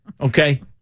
okay